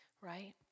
right